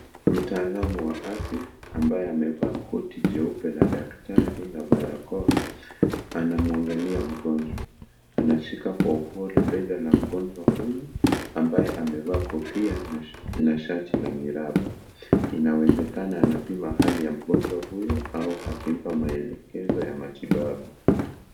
Mtaalam wa afya ambaye, amevaa koti jeupe la daktari na barakoa anamwangalia mgonjwa . Anashika kwa upole bega la mgonjwa huyu ambaye amevaa kofia na shati la Miraba. Inawezekana anapima hali ya mgonjwa huyu au akimpa maelekezo ya matibabu.